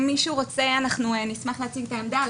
אם מישהו רוצה אנחנו נשמח להציג את העמדה.